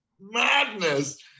madness